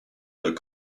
that